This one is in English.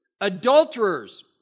adulterers